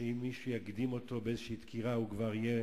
שאם מישהו יקדים אותו באיזו דקירה, הוא כבר יהיה